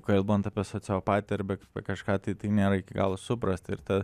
kalbant apie sociopatiją arba kažką tai tai nėra iki galo suprasta ir ta